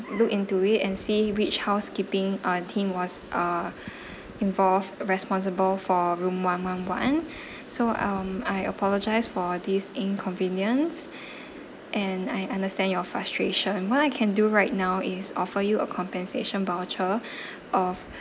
look into it and see which housekeeping uh team was uh involved responsible for room one one one so um I apologise for this inconvenience and I understand your frustration what I can do right now is offer you a compensation voucher of